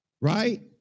right